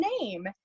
name